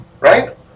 right